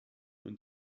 und